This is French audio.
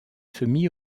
semi